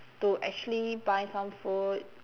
to actually buy some food